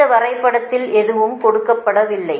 இந்த வரைபடத்தில் எதுவும் கொடுக்கப்படவில்லை